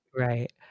Right